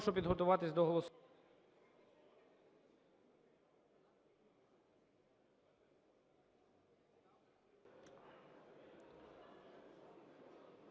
Дякую.